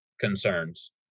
concerns